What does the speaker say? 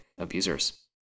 abusers